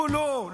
כולו.